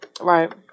Right